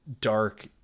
dark